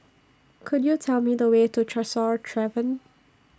Could YOU Tell Me The Way to Tresor Tavern